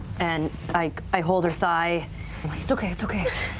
and like i hold her thigh. it's okay, it's okay.